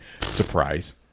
Surprise